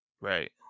Right